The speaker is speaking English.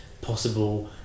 possible